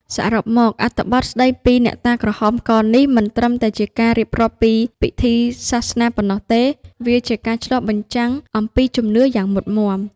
សរុបមក អត្ថបទស្តីពីអ្នកតាក្រហមកនេះ មិនត្រឹមតែជាការរៀបរាប់ពីពិធីសាសនាប៉ុណ្ណោះទេ វាជាការឆ្លុះបញ្ចាំងអំពីជំនឿយ៉ាងមុតម៉ាំ។